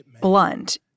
blunt